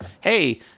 hey